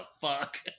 fuck